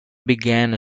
began